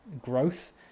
growth